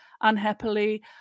unhappily